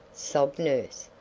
sobbed nurse.